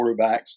quarterbacks